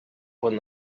when